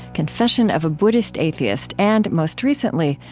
confession of a buddhist atheist, and, most recently,